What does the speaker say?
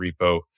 repo